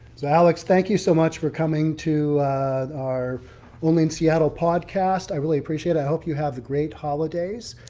so alex thank you so much for coming to our only in seattle podcast. i really appreciate it. i hope you have the great holidays.